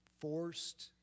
forced